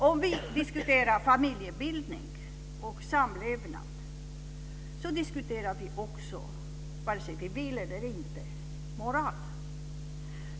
Om vi diskuterar familjebildning och samlevnad diskuterar vi också, vare sig vi vill eller inte, moral.